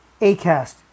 Acast